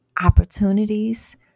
opportunities